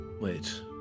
Wait